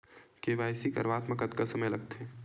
KYC करवात म कतका समय लगथे?